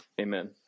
Amen